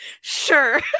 Sure